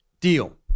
deal